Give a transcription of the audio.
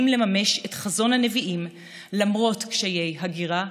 לממש את חזון הנביאים למרות קשיי הגירה,